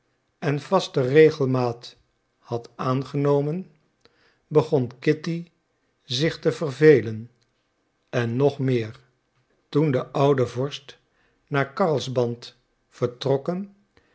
en vaste regelmaat had aangenomen begon kitty zich te vervelen en nog meer toen de oude vorst naar karlsband vertrokken